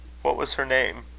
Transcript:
what was her name?